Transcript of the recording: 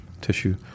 tissue